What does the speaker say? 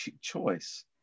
choice